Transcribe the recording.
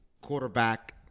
quarterback